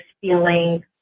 feeling